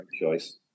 Choice